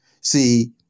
See